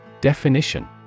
Definition